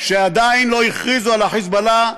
שעדיין לא הכריזו על ה"חיזבאללה"